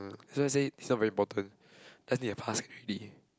um that's why I say it's not very important just need to pass can already